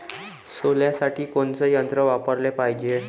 सोल्यासाठी कोनचं यंत्र वापराले पायजे?